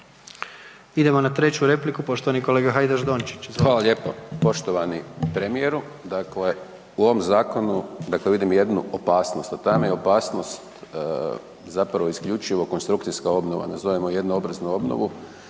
Idemo na treću repliku, poštovani kolega Hajdaš Dončić. Izvolite. **Hajdaš Dončić, Siniša (SDP)** Hvala lijepo. Poštovani premijeru. Dakle u ovom zakonu vidim jednu opasnost, a ta mi je opasnost zapravo isključivo konstrukcijska obnova, nazovimo jednoobraznu obnovu